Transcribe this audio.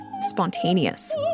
spontaneous